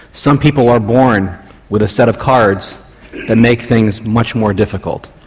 some people are born with a set of cards that make things much more difficult.